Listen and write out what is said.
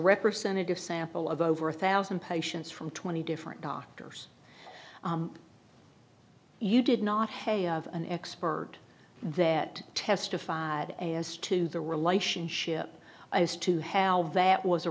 representative sample of over a thousand patients from twenty different doctors you did not have an expert that testified as to the relationship as to how that was a